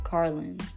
Carlin